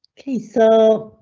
he's so, ah,